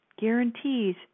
Guarantees